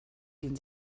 den